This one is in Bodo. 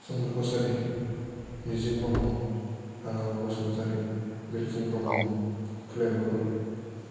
सोमखोर कचारी मिजिं ब्रह्म हांगामा बसुमतारी बिलिफुं ब्रह्म फुलेन बर'